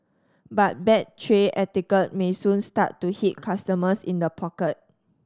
but bad tray etiquette may soon start to hit customers in the pocket